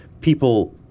people –